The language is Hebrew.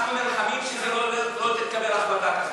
אנחנו נלחמים שלא תתקבל החלטה כזאת.